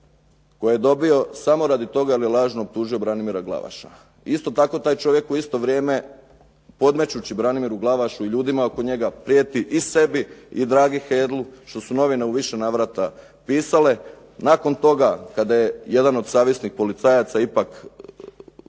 koje je dobio samo radi toga jer je lažno optužio Branimira Glavaša. Isto tako taj čovjek u isto vrijeme podmećući Branimiru Glavašu i ljudima oko njega prijeti i sebi i Dragi Hedlu što su novine u više navrata pisale. Nakon toga, kada je jedan od savjesnih policajaca ipak rekao